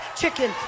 chicken